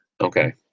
Okay